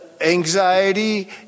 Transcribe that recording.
anxiety